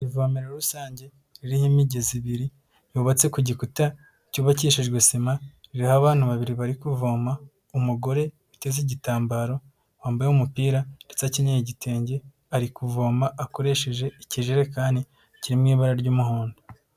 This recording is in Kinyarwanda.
Ivomero rusange ririho imigezi ibiri yubatse ku gikuta cyubakishijwe sima ririho abantu babiri barikuvoma. Umugore uteze igitambaro wambaye umupira ndetse akenyeye igitenge arikuvoma akoresheje ikijerekani kiri mu ibara ry'umuhondo.